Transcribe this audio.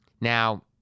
Now